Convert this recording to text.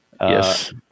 Yes